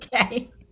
Okay